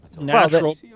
natural